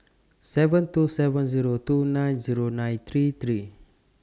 seven two seven Zero two nine Zero nine three three